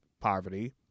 poverty